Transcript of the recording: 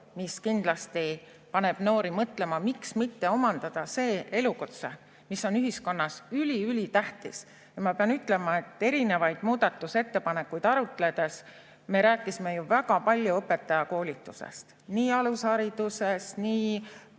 mis kindlasti paneb noori mõtlema, miks mitte omandada see elukutse, mis on ühiskonnas ülitähtis. Ja ma pean ütlema, et erinevaid muudatusettepanekuid arutades me rääkisime väga palju õpetajakoolitusest – nii alushariduses, nii